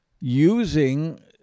using